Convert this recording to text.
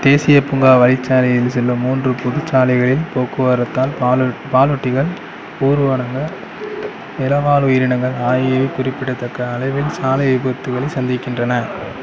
தேசிய பூங்கா வழிச்சாலைகளில் செல்லும் மூன்று பொதுச் சாலைகளின் போக்குவரத்தால் பாலு பாலூட்டிகள் ஊர்வனங்க நிலவாழ் உயிரினங்கள் ஆகியவை குறிப்பிடத்தக்க அளவில் சாலை விபத்துகளைச் சந்திக்கின்றன